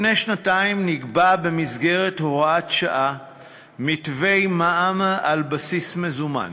לפני שנתיים נקבע במסגרת הוראת שעה מתווה מע"מ על בסיס מזומן